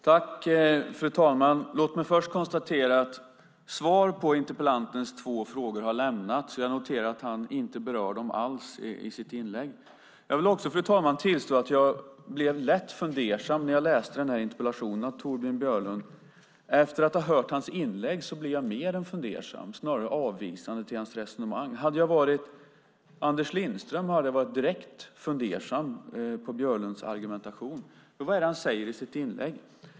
Fru talman! Låt mig först konstatera att svar på interpellantens två frågor har lämnats, och jag noterar att han inte berörde dem alls i sitt inlägg. Jag vill också, fru talman, tillstå att jag blev lätt fundersam när jag läste interpellationen av Torbjörn Björlund. Efter att ha hört hans inlägg blir jag mer än fundersam och snarare avvisande till hans resonemang. Om jag hade varit Anders Lindström hade jag varit direkt fundersam över Björlunds argumentation. Vad säger Torbjörn Björlund i sitt inlägg?